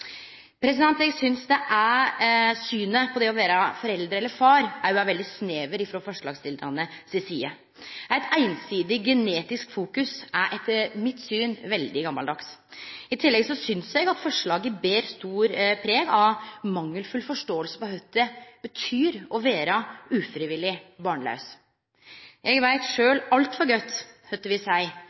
Eg synest at synet på det å vere forelder, eller far, òg er veldig snevert frå forslagsstillarane si side. Eit einsidig genetisk fokus er etter mitt syn veldig gammaldags. I tillegg synest eg at forslaget ber stort preg av mangelfull forståing av kva det betyr å vere ufrivillig barnlaus. Eg veit sjølv altfor godt kva